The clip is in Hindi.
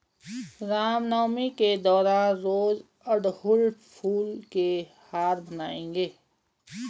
रामनवमी के दौरान रोज अड़हुल फूल के हार बनाएंगे